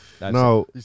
No